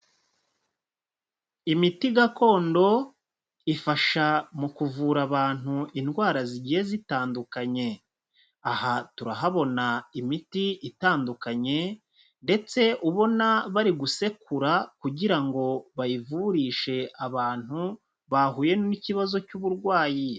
Imiti gakondo ifasha mu kuvura abantu indwara zigiye zitandukanye. Aha turahabona imiti itandukanye, ndetse ubona bari gusekura kugira ngo bayivurishe abantu bahuye n'ikibazo cy'uburwayi.